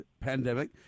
pandemic